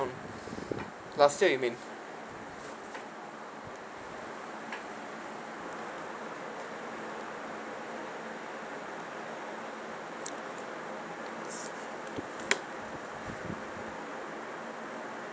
last year you mean